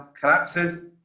collapses